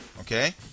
okay